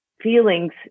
feelings